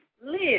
live